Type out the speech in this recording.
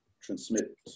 transmit